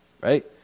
right